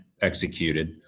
executed